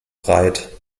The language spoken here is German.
breit